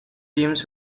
teams